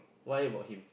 why about him